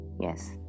yes